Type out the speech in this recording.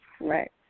Right